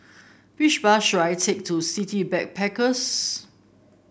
which bus should I take to City Backpackers